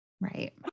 Right